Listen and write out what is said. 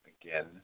again